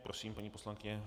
Prosím, paní poslankyně.